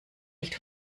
nicht